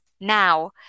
now